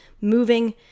moving